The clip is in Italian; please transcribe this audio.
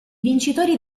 vincitori